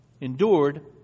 endured